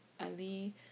Ali